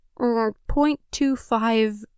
0.25